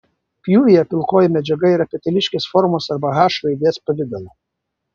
pjūvyje pilkoji medžiaga yra peteliškės formos arba h raidės pavidalo